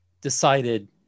decided